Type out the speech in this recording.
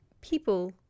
people